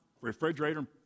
refrigerator